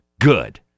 Good